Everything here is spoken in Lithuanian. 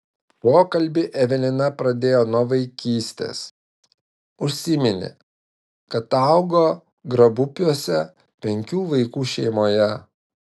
pokalbį evelina pradėjo nuo vaikystės užsiminė kad augo grabupiuose penkių vaikų šeimoje